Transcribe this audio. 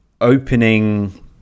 opening